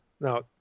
Now